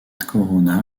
corona